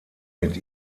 mit